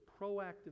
proactive